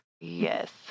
Yes